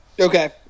Okay